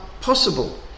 possible